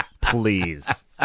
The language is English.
Please